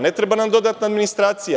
Ne treba nam dodatna administracija.